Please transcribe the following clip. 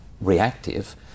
reactive